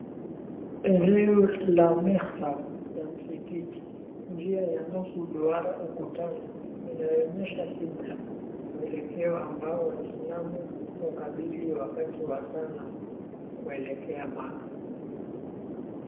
Eneo la Mehram ya msikiti, njia ya nusu duara ukutani inayoonyesha kibla mwelekeo ambao waiislamu hukabili wakati wa sala kuelekea Maka.